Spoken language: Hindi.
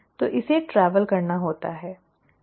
तो इसे ट्रेवल करना होता है